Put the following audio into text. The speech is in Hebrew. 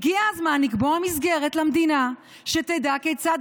הגיע הזמן לקבוע מסגרת למדינה שתדע כיצד